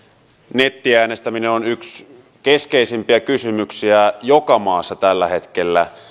nettiäänestäminen on yksi keskeisimpiä kysymyksiä joka maassa tällä hetkellä